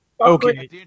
Okay